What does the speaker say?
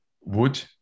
wood